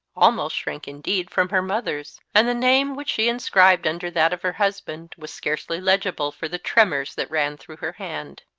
almost shrank indeed from her mother's, and the name which she inscribed under that of her husband was scarcely legible for the tremors that ran through her hand.